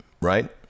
right